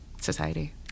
society